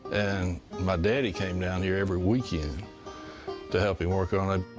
and my daddy came down here every weekend to help him work on it.